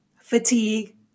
fatigue